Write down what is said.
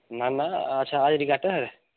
ना ना असें हाजरी घट्ट ऐ